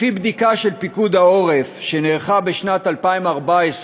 לפי בדיקה של פיקוד העורף שנערכה בשנת 2014,